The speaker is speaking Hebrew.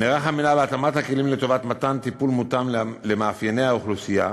נערך המינהל להתאמת הכלים לטובת מתן טיפול מותאם למאפייני האוכלוסייה.